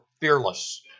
fearless